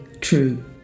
True